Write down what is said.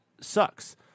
sucks